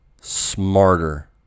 smarter